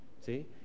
See